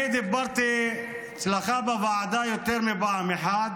אני דיברתי אצלך בוועדה יותר מפעם אחת,